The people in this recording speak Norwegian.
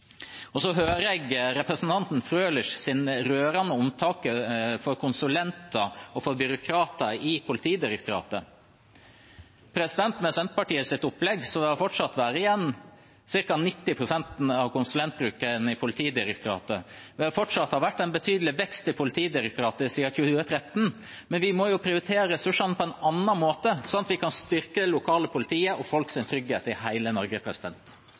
demontert. Så hører jeg representanten Frølichs rørende omtanke for konsulenter og for byråkrater i Politidirektoratet. Med Senterpartiets opplegg vil det fortsatt være igjen ca. 90 pst. av konsulentbruken i Politidirektoratet, og det ville fortsatt ha vært en betydelig vekst i Politidirektoratet siden 2013, men vi må prioritere ressursene på en annen måte, slik at vi kan styrke det lokale politiet og folks trygghet i hele Norge.